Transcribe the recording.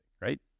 right